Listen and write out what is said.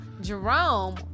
Jerome